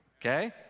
Okay